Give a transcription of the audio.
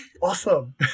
awesome